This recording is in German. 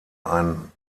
ein